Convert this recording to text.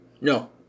No